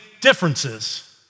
differences